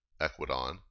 Equidon